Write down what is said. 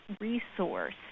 resource